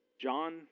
John